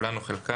כולן או חלקן,